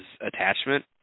attachment